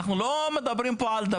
אנחנו לא מדברים פה על,